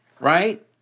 Right